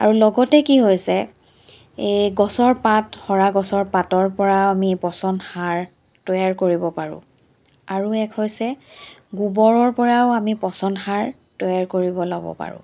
আৰু লগতে কি হৈছে এই গছৰ পাত সৰা সৰা গছৰ পাতৰ পৰাও আমি পচন সাৰ তৈয়াৰ কৰিব পাৰোঁ আৰু এক হৈছে গোবৰৰ পৰাও আমি পচন সাৰ তৈয়াৰ কৰিব ল'ব পাৰোঁ